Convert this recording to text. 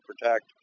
protect